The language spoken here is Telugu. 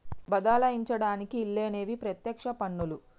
బదలాయించడానికి ఈల్లేనివి పత్యక్ష పన్నులు